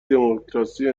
دموکراسی